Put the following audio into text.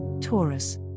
Taurus